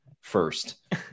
first